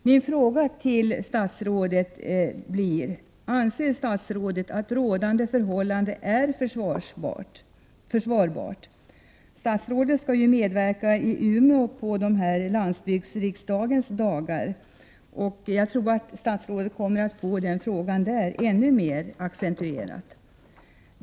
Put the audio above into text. Min fråga till statsrådet blir: Anser statsrådet att rådande förhållanden är försvarbara? Statsrådet skall ju medverka i landsbygdsriksdagen i Umeå, och jag tror att statsrådet kommer att få den frågan där, ännu mer accentuerad.